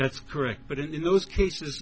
that's correct but in those cases